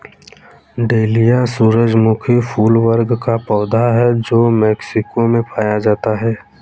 dahlia सूरजमुखी फूल वर्ग का पौधा है जो मेक्सिको में पाया जाता है